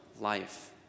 life